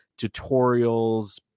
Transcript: tutorials